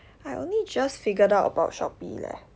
I only just figured out about Shopee leh